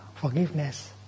forgiveness